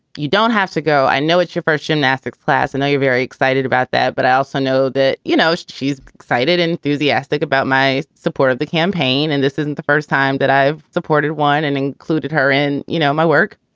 you don't have to go. i know it's your first gymnastics class and you're very excited about that. but i also know that, you know, she's excited, enthusiastic about my support of the campaign. and this isn't the first time that i've supported one and included her in, you know, my work.